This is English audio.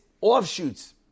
offshoots